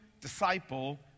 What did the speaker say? disciple